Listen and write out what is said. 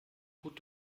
gut